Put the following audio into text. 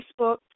Facebook